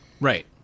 Right